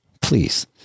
please